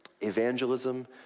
Evangelism